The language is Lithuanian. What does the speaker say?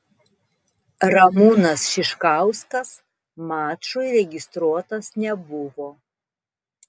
ramūnas šiškauskas mačui registruotas nebuvo